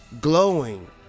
glowing